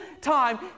time